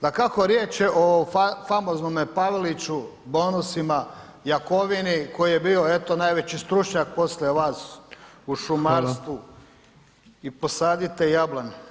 Dakako riječ je o famoznome Paveliću, bonusima, Jakovini koji je bio eto najveći stručnjak poslije vas u šumarstvu i posadite jablan.